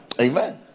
Amen